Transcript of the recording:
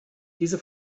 diese